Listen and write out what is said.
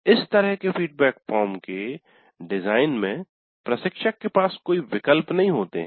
इस तरह के फीडबैक फॉर्म के डिजाइन में प्रशिक्षक के पास कोई विकल्प नहीं होते है